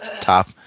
top